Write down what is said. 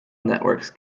networks